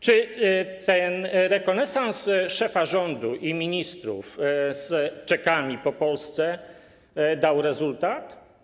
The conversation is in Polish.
Czy ten rekonesans szefa rządu i ministrów z czekami po Polsce dał rezultat?